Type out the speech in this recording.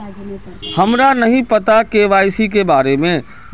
हमरा नहीं पता के.वाई.सी के बारे में?